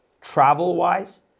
travel-wise